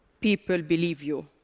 people believe you.